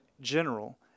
general